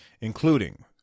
including